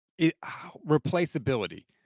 replaceability